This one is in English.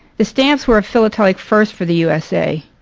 the stamps were a philatelic first for the usa.